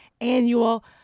annual